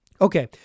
Okay